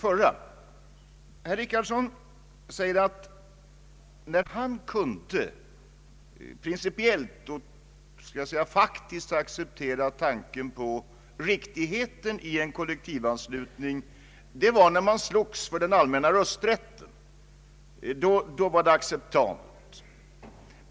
Herr Richardson säger att han principiellt och faktiskt kunde acceptera tanken på riktigheten i en kollektiv anslutning när man slogs för den allmänna rösträtten. Då var det acceptabelt.